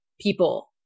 people